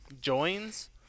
Joins